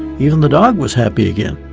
even the dog was happy again.